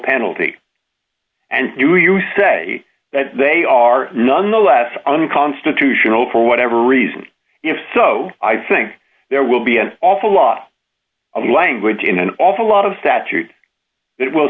penalty and you you say that they are nonetheless unconstitutional for whatever reason you have so i think there will be an awful lot of language in an awful lot of statute it will